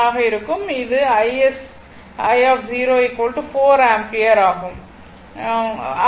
இது iS10 4 ampere ஆகும்